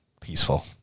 peaceful